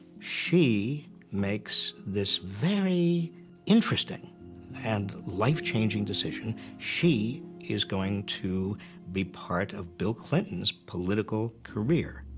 she makes this very interesting and life-changing decision. she is going to be part of bill clinton's political career.